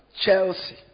Chelsea